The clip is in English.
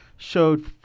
showed